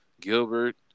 Gilbert